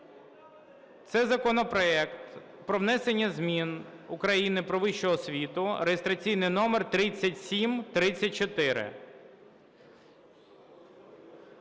Це законопроект про внесення змін до Закону України "Про вищу освіту" (реєстраційний номер 3734).